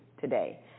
today